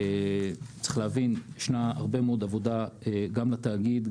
צריך להבין שישנה הרבה מאוד עבודה - גם לתאגיד,